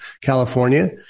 California